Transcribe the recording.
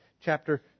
chapter